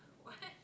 what